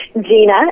gina